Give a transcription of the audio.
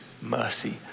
mercy